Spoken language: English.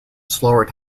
slower